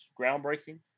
groundbreaking